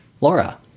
laura